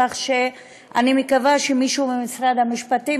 כך שאני מקווה שמישהו ממשרד המשפטים,